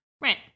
Right